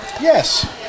Yes